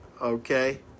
okay